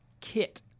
Kit